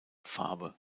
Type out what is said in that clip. farbe